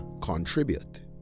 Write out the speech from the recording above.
contribute